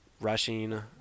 rushing